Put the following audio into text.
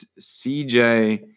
CJ